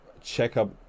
checkup